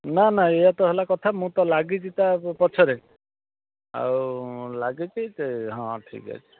ନା ନା ଏୟା ତ ହେଲା କଥା ମୁଁ ତ ଲାଗିଛି ତା' ପଛରେ ଆଉ ଲାଗିଛି ସେ ହଁ ଠିକ ଅଛି